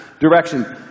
direction